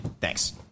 Thanks